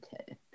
okay